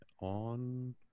on